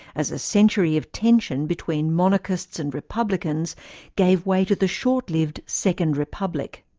as a century of tension between monarchists and republicans gave way to the short-lived second republic.